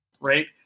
right